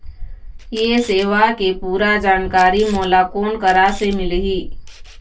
ये सेवा के पूरा जानकारी मोला कोन करा से मिलही?